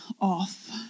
off